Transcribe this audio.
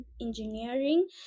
engineering